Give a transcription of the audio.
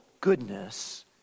goodness